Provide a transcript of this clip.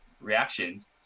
reactions